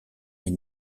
est